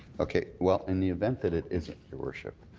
okay. well, in the event that it isn't, your worship,